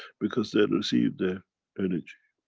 because they received the energy.